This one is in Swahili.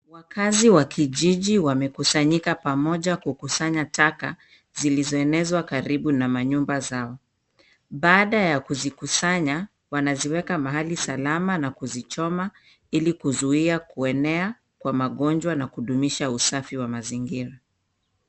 Wakazi wa kijiji wamekusanyika pamoja kukusanya taka zilizoenezwa karibu na manyumba zao. Baada ya kuzikusanya wanaziweka mahali salama na kuzichoma ili kuzuia kuenea kwa magonjwa na kudumisha usafi wa mazingira.